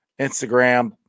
Instagram